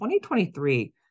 2023